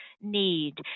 need